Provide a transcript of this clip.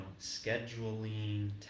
scheduling